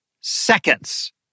seconds